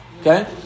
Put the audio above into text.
okay